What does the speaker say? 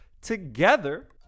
together